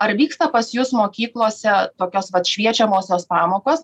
ar vyksta pas jus mokyklose tokios vat šviečiamosios pamokos